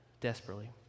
desperately